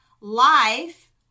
life